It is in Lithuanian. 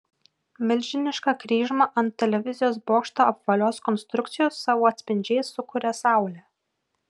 milžinišką kryžmą ant televizijos bokšto apvalios konstrukcijos savo atspindžiais sukuria saulė